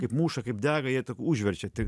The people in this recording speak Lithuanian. kaip muša kaip dega jie užverčia tik